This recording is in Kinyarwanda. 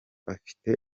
afite